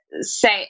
say